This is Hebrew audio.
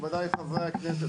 שאנחנו הולכים לקיים סדרת דיונים,